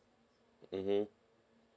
mmhmm